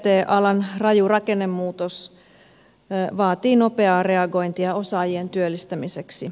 ict alan raju rakennemuutos vaatii nopeaa reagointia osaajien työllistämiseksi